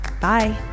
Bye